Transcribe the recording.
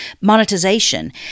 monetization